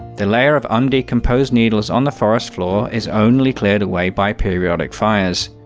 the layer of undecomposed needles on the forest floor is only cleared away by periodic fires.